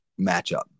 matchup